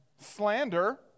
slander